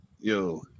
Yo